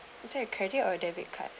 is that a credit or debit card